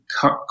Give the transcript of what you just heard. cut